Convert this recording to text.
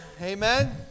Amen